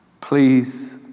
Please